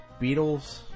Beatles